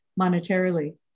monetarily